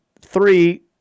three